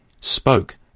spoke